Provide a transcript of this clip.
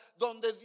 donde